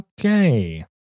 okay